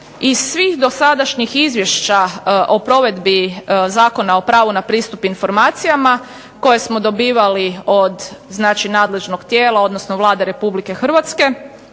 iz svih dosadašnjih izvješća o provedbi Zakona o pravu na pristup informacijama koje smo dobivali od nadležnog tijela odnosno Vlade Republike Hrvatske